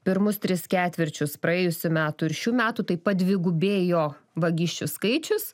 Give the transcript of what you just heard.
pirmus tris ketvirčius praėjusių metų ir šių metų tai padvigubėjo vagysčių skaičius